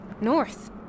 north